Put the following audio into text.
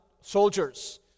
soldiers